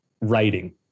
writing